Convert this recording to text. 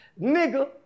nigga